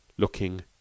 looking